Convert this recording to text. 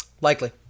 Likely